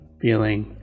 feeling